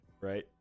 right